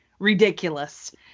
ridiculous